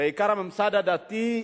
בעיקר הממסד הדתי,